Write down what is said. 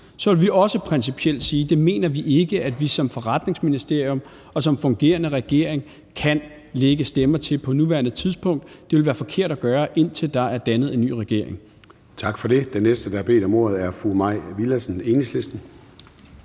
så ville vi også principielt sige, at det mener vi ikke vi som forretningsministerium og som fungerende regering kan lægge stemmer til på nuværende tidspunkt. Det ville være forkert at gøre, indtil der er dannet en ny regering. Kl. 13:27 Formanden (Søren Gade): Tak for det. Den næste, der har bedt om ordet, er fru Mai Villadsen, Enhedslisten.